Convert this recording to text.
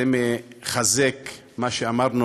זה מחזק מה שאמרנו,